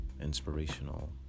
inspirational